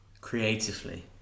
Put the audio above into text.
creatively